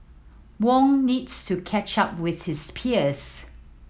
Wong needs to catch up with his peers